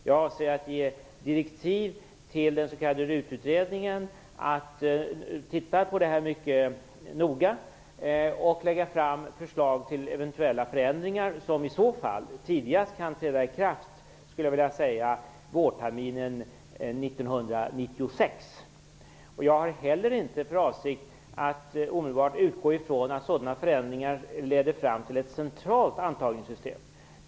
Jag avser att ge direktiv till den s.k. RUT-utredningen att titta på detta mycket noga och lägga fram förslag till eventuella förändringar som i så fall tidigast kan träda i kraft vårterminen Jag har inte heller för avsikt att omedelbart utgå ifrån att sådana förändringar leder fram till ett centralt antagningssystem.